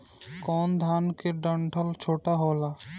कौन धान के डंठल छोटा होला?